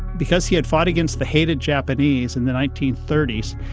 because he had fight against the hated japanese in the nineteen thirty s,